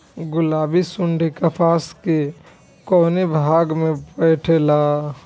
गुलाबी सुंडी कपास के कौने भाग में बैठे ला?